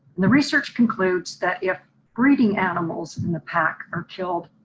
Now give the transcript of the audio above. the research concludes that if breeding animals in the pack are killed,